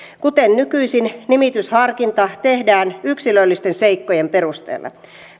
kuten nykyisin nimitysharkinta tehdään yksilöllisten seikkojen perusteella